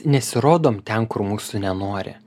nesirodom ten kur mūsų nenori